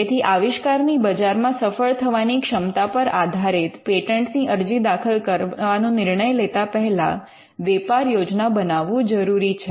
તેથી આવિષ્કારની બજારમાં સફળ થવાની ક્ષમતા પર આધારિત પેટન્ટ ની અરજી દાખલ કરવાનો નિર્ણય લેતા પહેલા વેપાર યોજના બનાવવું જરૂરી છે